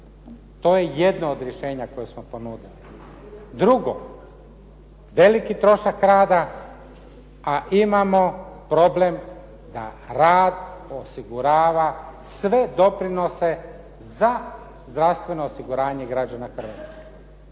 To je jedno od rješenja koje smo ponudili. Drugo. Veliki trošak rada, a imamo problem da rad osigurava sve doprinose za zdravstveno osiguranje građana Hrvatske.